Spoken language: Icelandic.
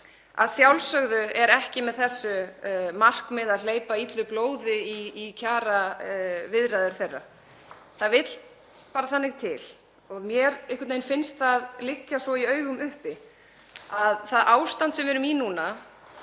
Að sjálfsögðu er ekki markmiðið með þessu að hleypa illu blóði í kjaraviðræður þeirra. Það vill bara þannig til, og mér einhvern veginn finnst það liggja svo í augum uppi, að það ástand sem við erum í núna